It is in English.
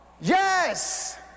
yes